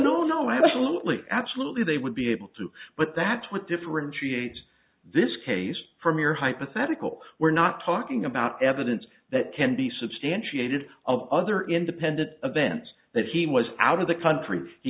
no no absolutely absolutely they would be able to but that's what differentiates this case from your hypothetical we're not talking about evidence that can be substantiated other independent events that he was out of the country